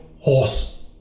horse